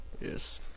Yes